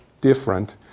different